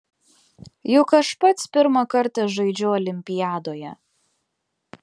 juk aš pats pirmą kartą žaidžiu olimpiadoje